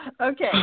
Okay